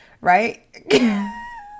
Right